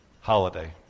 holiday